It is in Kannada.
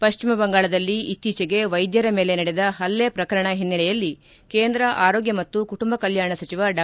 ಪಶ್ಚಿಮ ಬಂಗಾಳದಲ್ಲಿ ಇತ್ತೀಚೆಗೆ ವೈದ್ಯರ ಮೇಲೆ ನಡೆದ ಹಲ್ಲೆ ಪ್ರಕರಣ ಹಿನ್ನೆಲೆಯಲ್ಲಿ ಕೇಂದ್ರ ಆರೋಗ್ಯ ಮತ್ತು ಕುಟುಂಬ ಕಲ್ಕಾಣ ಸಚಿವ ಡಾ